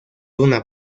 una